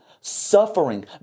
suffering